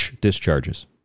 discharges